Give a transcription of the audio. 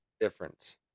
Difference